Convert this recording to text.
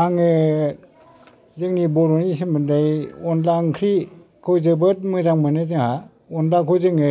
आङो जोंनि बर'नि सोमोन्दै अनला ओंख्रिखौ जोबोद मोजां मोनो जोंहा अनलाखौ जोङो